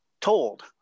told